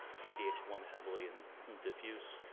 c d h one heavily in diffuse,